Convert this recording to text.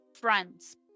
friends